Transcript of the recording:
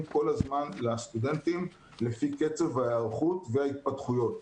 כל הזמן לסטודנטים לפי קצב ההיערכות וההתפתחויות.